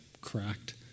cracked